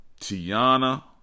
Tiana